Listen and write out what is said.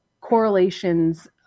correlations